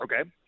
Okay